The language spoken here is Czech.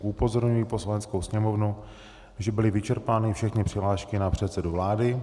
Upozorňuji Poslaneckou sněmovnu, že byly vyčerpány všechny přihlášky na předsedu vlády.